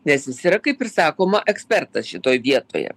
nes jis yra kaip ir sakoma ekspertas šitoj vietoje